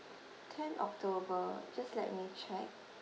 tenth october just let me check